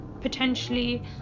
potentially